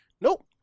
Nope